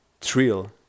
thrill